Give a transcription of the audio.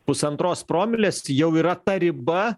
pusantros promilės jau yra ta riba